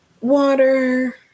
water